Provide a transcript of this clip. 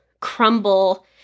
crumble